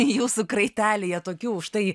jūsų kraitelėje tokių štai